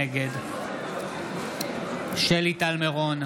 נגד שלי טל מירון,